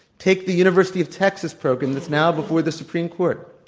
take the university of texas program that's now before the supreme court.